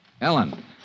Ellen